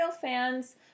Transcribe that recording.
fans